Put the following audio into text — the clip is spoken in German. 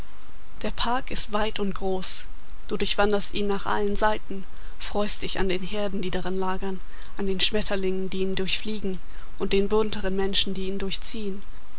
der park ist weit und groß du durchwanderst ihn nach allen seiten freust dich an den herden die darin lagern an den schmetterlingen die ihn durchfliegen und den bunteren menschen die ihn durchziehn